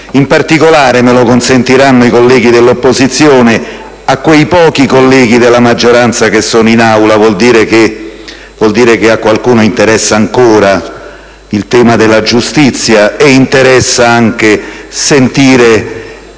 In particolare, me lo consentiranno i colleghi dell'opposizione, a quei pochi colleghi della maggioranza che sono in Aula: vuol dire che ha qualcuno interessa ancora il tema della giustizia e anche sentire